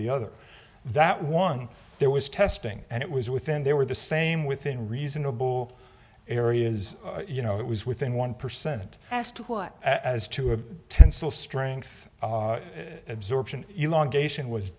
the other that one there was testing and it was within they were the same within reasonable areas you know it was within one percent as to what as to a tensile strength absorption